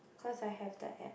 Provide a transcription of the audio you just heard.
cause I have the app